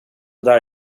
där